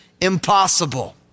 impossible